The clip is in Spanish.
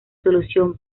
solución